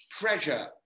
pressure